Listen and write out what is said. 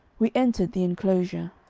we entered the enclosure.